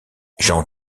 jean